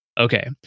okay